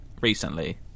recently